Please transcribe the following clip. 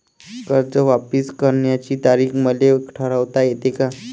कर्ज वापिस करण्याची तारीख मले ठरवता येते का?